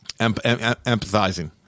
empathizing